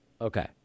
Okay